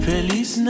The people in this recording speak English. Feliz